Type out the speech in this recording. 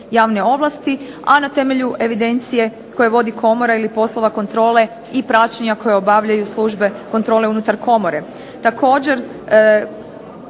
javne ovlasti, a na temelju evidencije koje vodi komora ili poslova kontrole i praćenja koja obavljaju službe kontrole unutar komore. Također